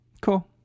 Cool